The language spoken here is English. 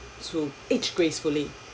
to each gracefully